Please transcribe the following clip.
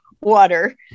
water